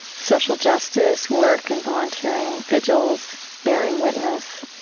social justice, work and volunteering, vigils, bearing witness,